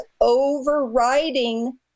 overriding